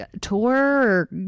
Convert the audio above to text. tour